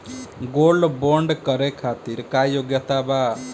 Gold bond करे खातिर का योग्यता बा?